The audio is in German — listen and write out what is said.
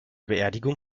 beerdigung